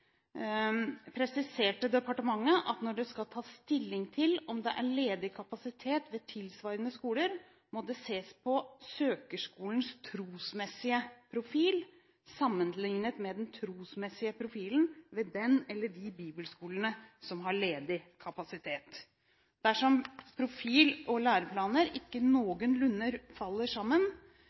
presiserte departementet at når det skal tas stilling til om det er ledig kapasitet ved tilsvarende skoler, må det ses på søkerskolens trosmessige profil sammenlignet med den trosmessige profilen ved den eller de bibelskolene som har ledig kapasitet. Dersom profil/læreplaner ikke noenlunde faller sammen, vil eksisterende skoler ikke